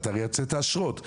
אתה הרי הוצאת אשרות',